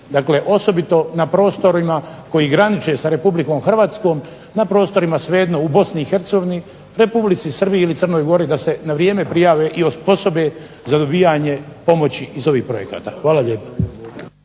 dakle osobito na prostorima koji graniče sa Republikom Hrvatskom, na prostorima svejedno u Bosni i Hercegovini, Republici Srbiji ili Crnoj gori da se na vrijeme prijave i osposobe za dobivanje pomoći iz ovih projekata. Hvala lijepo.